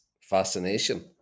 fascination